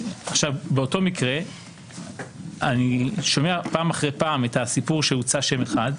באותו מקרה אני שומע פעם אחר פעם שהוצע שם אחד.